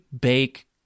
bake